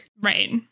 Right